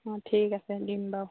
অঁ ঠিক আছে দিম বাৰু